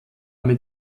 mit